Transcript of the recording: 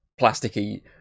Plasticky